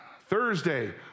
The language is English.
Thursday